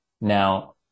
Now